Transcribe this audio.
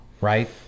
right